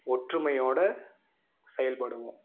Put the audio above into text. ஒற்றுமையோடு செயல்படுவோம்